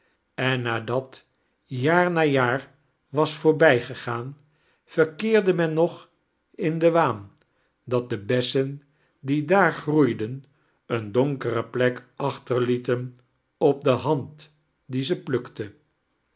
en nadat jaar na jaar was voorbijgegaan verkeerde men nog in den waan dat de bessen die daar groeiden een donkere pick achterlieten op de hand die ze plukte